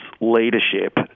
leadership